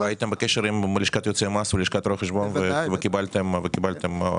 --- הייתם בקשר עם לשכת יועצי מס ולשכת רואי חשבון וקיבלתם go מהם?